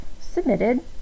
submitted